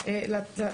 מצוקה,